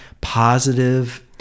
positive